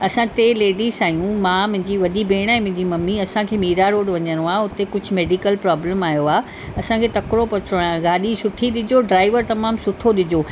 असां टे लेडीस आहियूं मां मुंहिंजी वॾी भेण मुंहिंजी ममी असांखे मीरा रोड वञिणो आहे उते कुझु मेडिकल प्रॉब्लम आहियो आहे असांखे तकिणो पहुचणो आहे गाॾी सुठी ॾिजो ड्राइवर तमामु सुठो ॾिजो